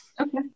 Okay